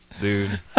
Dude